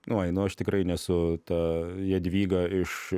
nu einu aš tikrai nesu ta jadvyga iš